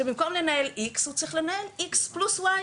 שבמקום לנהל איקס הוא צריך לנהל איקס פלוס ווי